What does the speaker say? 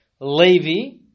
Levi